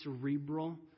cerebral